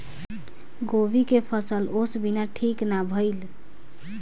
गोभी के फसल ओस बिना ठीक ना भइल